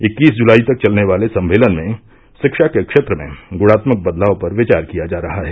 इक्कीस जुलाई तक चलने वाले सम्मेलन में शिक्षा के क्षेत्र में गुणात्मक बदलाव पर विचार किया जा रहा है